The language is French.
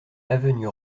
avenue